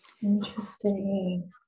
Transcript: Interesting